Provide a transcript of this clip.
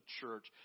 church